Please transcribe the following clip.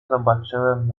zobaczyłem